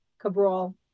cabral